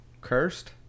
cursed